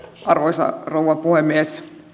arvoisa rouva puhemies